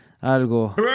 Algo